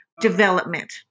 development